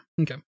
okay